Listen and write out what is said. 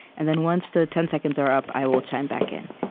and then, once the ten seconds are up, i will chime back in